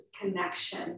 connection